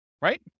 Right